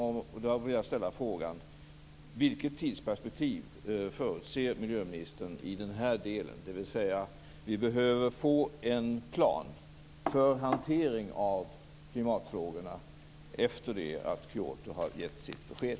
Jag vill därför ställa frågan: Vilket tidsperspektiv förutser miljöministern i den här delen? Vi behöver få en plan för hantering av klimatfrågorna efter det att Kyoto har gett sitt besked.